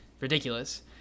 Ridiculous